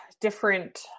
different